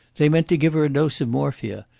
they meant to give her a dose of morphia,